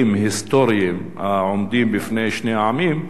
היסטוריים העומדים בפני שני העמים,